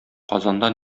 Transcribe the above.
казанда